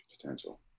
potential